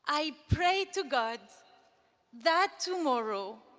i prayed to god that tomorrow,